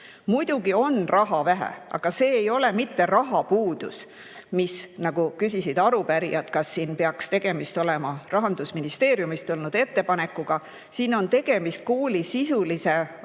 Muidugi on raha vähe, aga see ei ole mitte rahapuudus, nagu küsisid arupärijad, et kas siin peaks tegemist olema Rahandusministeeriumist tulnud ettepanekuga. Siin on tegemist kooli sisulise ja hariduse